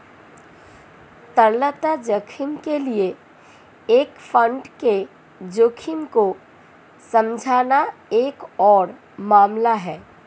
तरलता जोखिम के लिए एक फंड के जोखिम को समझना एक और मामला है